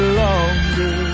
longer